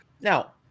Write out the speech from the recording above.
Now